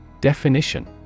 Definition